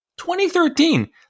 2013